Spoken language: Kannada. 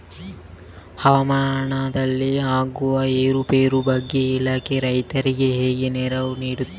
ಹವಾಮಾನದಲ್ಲಿ ಆಗುವ ಏರುಪೇರುಗಳ ಬಗ್ಗೆ ಇಲಾಖೆ ರೈತರಿಗೆ ಹೇಗೆ ನೆರವು ನೀಡ್ತದೆ?